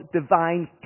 divine